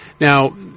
Now